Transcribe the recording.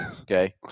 Okay